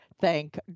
thank